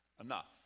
enough